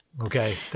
okay